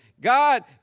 God